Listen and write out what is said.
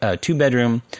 two-bedroom